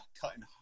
cutting